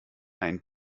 ein